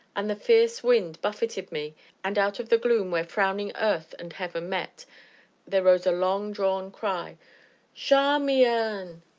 and the fierce wind buffeted me and, out of the gloom where frowning earth and heaven met there rose a long-drawn cry charmian.